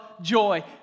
joy